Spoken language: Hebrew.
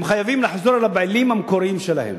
הם חייבים לחזור אל הבעלים המקוריים שלהם."